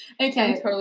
Okay